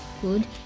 good